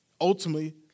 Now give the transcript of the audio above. ultimately